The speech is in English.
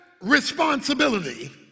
responsibility